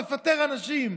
לפטר אנשים.